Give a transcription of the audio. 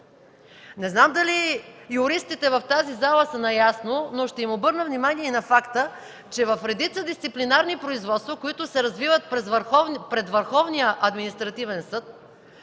Не знам дали юристите в тази зала са наясно, но ще им обърна внимание и на факта, че в редица дисциплинарни производства, които се развиват пред Върховния административен съд,